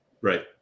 Right